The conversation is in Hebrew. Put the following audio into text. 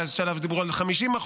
היה שלב שדיברו על 50%,